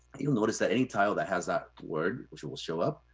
you'll notice that any tile that has that word, which will show up,